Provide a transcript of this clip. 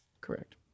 Correct